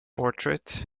portrait